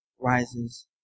Rises